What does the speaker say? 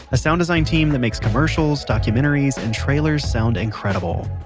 a sound design team that makes commercials, documentaries, and trailers sound incredible.